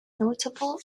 notable